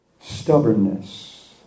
stubbornness